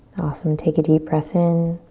awesome, take a deep breath in.